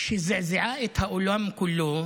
שזעזעה את האולם כולו,